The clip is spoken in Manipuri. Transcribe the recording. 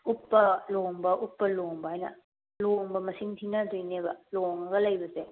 ꯎꯞꯄ ꯂꯣꯡꯕ ꯎꯞꯄ ꯂꯣꯡꯕ ꯍꯥꯏꯅ ꯂꯣꯡꯕ ꯃꯁꯤꯡ ꯊꯤꯅꯒꯗꯣꯏꯅꯦꯕ ꯂꯣꯡꯉꯒ ꯂꯩꯕꯁꯦ